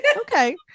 okay